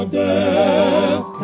death